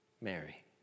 Mary